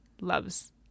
loves